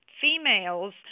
females